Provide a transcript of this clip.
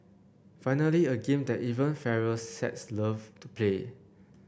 finally a game that even fairer sex loved to play